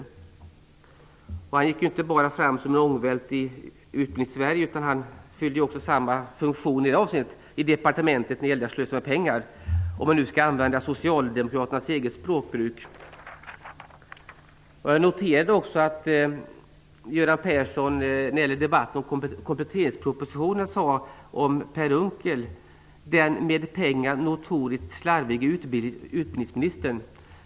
Han gick fram som en ångvält inte bara i Utbildningssverige, utan han fyllde samma funktion när det gällde att slösa med pengar, om jag nu skall använda Socialdemokraternas eget språkbruk. Jag noterade också att Göran Persson i debatten om kompletteringspropositionen sade om Per Unckel ''den med pengar notoriskt slarvige utbildningsministern''.